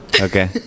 okay